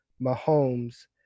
Mahomes